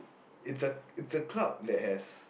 it's a club that has